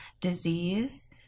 disease